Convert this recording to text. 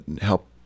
help